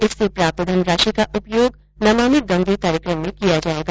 इससे प्राप्त धनराशि का उपयोग नमामि गंगे कार्यक्रम में किया जाएगा